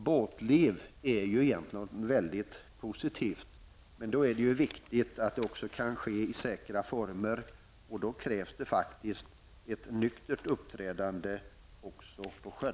Båtliv är ju egentligen något mycket positivt. Då är det också viktigt att det kan ske i säkra former. Då krävs det faktiskt ett nyktert uppträdande också på sjön.